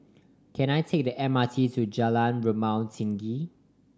can I take the M R T to Jalan Rumah Tinggi